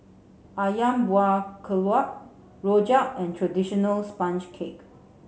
ayam buah keluak rojak and traditional sponge cake